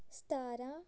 ਸਤਾਰਾਂ